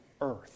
earth